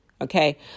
Okay